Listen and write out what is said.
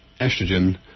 estrogen